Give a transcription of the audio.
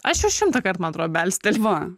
aš jau šimtąkart man atrodo belsteliu